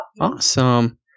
Awesome